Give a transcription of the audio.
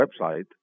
website